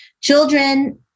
Children